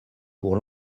pour